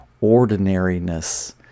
ordinariness